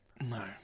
No